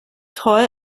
toll